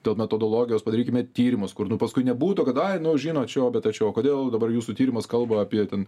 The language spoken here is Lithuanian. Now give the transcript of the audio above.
dėl metodologijos padarykime tyrimus kur nu paskui nebūtų kad ai nu žinot čia o bet tačiau o kodėl dabar jūsų tyrimas kalba apie ten